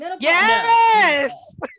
Yes